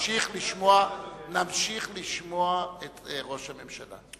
נמשיך לשמוע את ראש הממשלה.